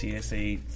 TSA